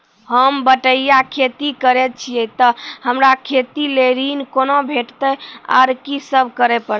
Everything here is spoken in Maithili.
होम बटैया खेती करै छियै तऽ हमरा खेती लेल ऋण कुना भेंटते, आर कि सब करें परतै?